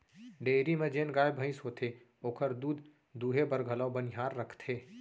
dairy म जेन गाय भईंस होथे ओकर दूद दुहे बर घलौ बनिहार रखथें